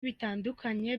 bitandukanye